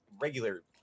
regular